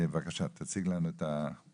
בבקשה, תציג לנו את הנושא.